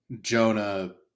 jonah